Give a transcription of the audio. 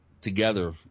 together